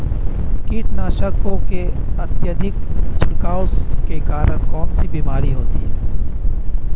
कीटनाशकों के अत्यधिक छिड़काव के कारण कौन सी बीमारी होती है?